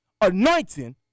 anointing